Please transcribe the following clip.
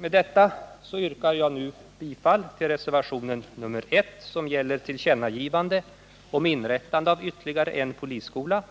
Med detta yrkar jag nu bifall till reservationen 1, som gäller tillkännagivande om inrättande av ytterligare en polisskola,